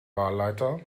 wahlleiter